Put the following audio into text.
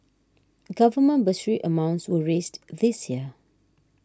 government bursary amounts were raised this year